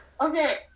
Okay